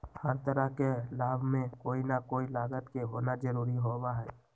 हर तरह के लाभ में कोई ना कोई लागत के होना जरूरी होबा हई